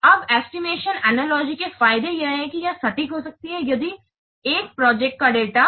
अब estimation analogy के फायदे यह है कि यह सटीक हो सकती है यदि एक प्रोजेक्ट का डाटा डेट